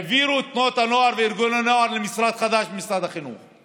העבירו את תנועות הנוער וארגוני הנוער ממשרד החינוך למשרד חדש.